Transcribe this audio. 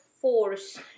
force